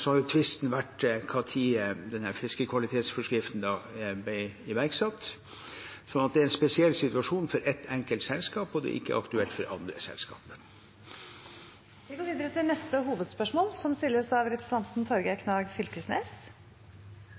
Så har tvisten vært om når denne fiskekvalitetsforskriften ble iverksatt. Det er en spesiell situasjon for ett enkelt selskap, og det er ikke aktuelt for andre selskaper. Vi går videre til neste hovedspørsmål. Mitt spørsmål går til utanriksministeren. Befolkningsutviklinga i Nord-Norge er alarmerande. Ifølgje ferske tal frå SSB er Troms, Finnmark og Nordland dei fylka som